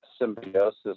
symbiosis